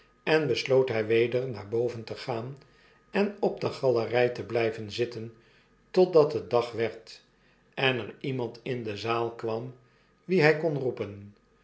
en besloot hjj weder naar boven te gaan en op de galerij te blijven zitten totdat het dag werd en er iemand in de zaal kwam wien hy konroepen